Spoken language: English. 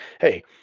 hey